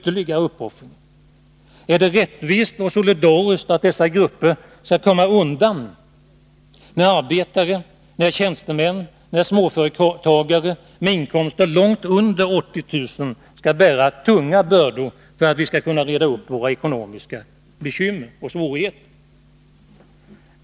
Är det rättvist och solidariskt att dessa grupper skall komma undan när arbetare, tjänstemän och småföretagare med inkomster långt under 80 000 kr. skall bära tunga bördor för att vi skall kunna reda upp våra ekonomiska svårigheter?